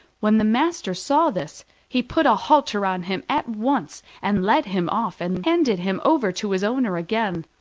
when the master saw this he put a halter on him at once, and led him off and handed him over to his owner again.